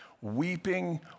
weeping